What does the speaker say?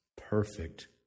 perfect